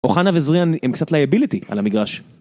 אוחנה וזריאן עם קצת לייביליטי על המגרש.